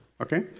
okay